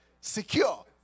secure